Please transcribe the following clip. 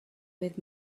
with